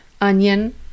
onion